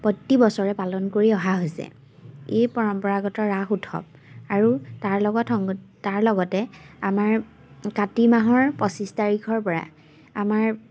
প্ৰতি বছৰে পালন কৰি অহা হৈছে এই পৰম্পৰাগত ৰাস উৎসৱ আৰু তাৰ লগত সংগ তাৰ লগতে আমাৰ কাতি মাহৰ পঁচিছ তাৰিখৰপৰা আমাৰ